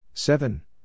Seven